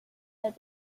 heard